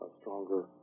stronger